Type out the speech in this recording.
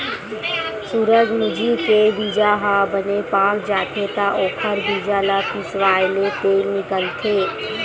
सूरजमूजी के बीजा ह बने पाक जाथे त ओखर बीजा ल पिसवाएले तेल निकलथे